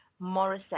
Morissette